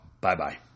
Bye-bye